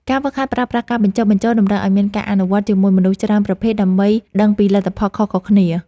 ការហ្វឹកហាត់ប្រើប្រាស់ការបញ្ចុះបញ្ចូលតម្រូវឱ្យមានការអនុវត្តជាមួយមនុស្សច្រើនប្រភេទដើម្បីដឹងពីលទ្ធផលខុសៗគ្នា។